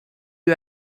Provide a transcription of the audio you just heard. you